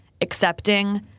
accepting